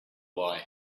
why